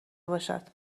باشد